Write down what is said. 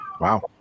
Wow